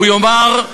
הוא יאמר,